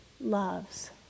loves